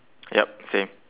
yup same